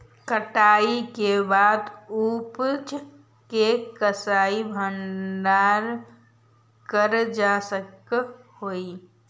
कटाई के बाद उपज के कईसे भंडारण करल जा सक हई?